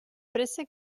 préssec